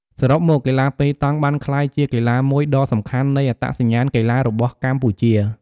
សរុបមក កីឡាប៉េតង់បានក្លាយជាផ្នែកមួយដ៏សំខាន់នៃអត្តសញ្ញាណកីឡារបស់កម្ពុជា។